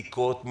בדיקות,